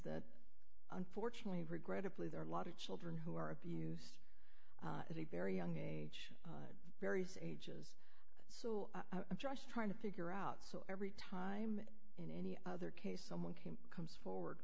that unfortunately regrettably there are lot of children who are abused at a very young age various ages so i'm just trying to figure out so every time in any other case someone came comes forward